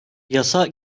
yasa